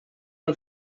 amb